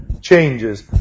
changes